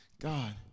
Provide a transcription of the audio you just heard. God